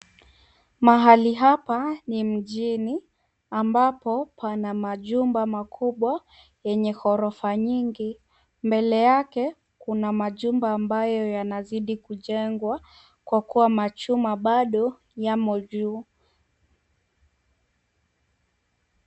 Mahali hapa ni mjini ambapo pana majumba makubwa yenye ghorofa nyingi. Mbele yake, kuna majumba ambayo yanazidi kujengwa, kwa kuwa machuma bado yamo juu.